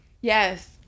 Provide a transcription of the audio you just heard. yes